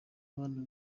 abana